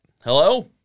Hello